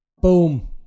Boom